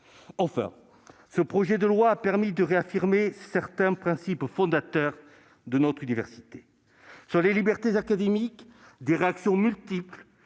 Enfin, ce projet de loi a permis de réaffirmer certains principes fondateurs de notre université. Sur les libertés académiques, des rédactions multiples